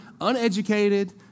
uneducated